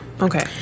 Okay